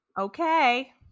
Okay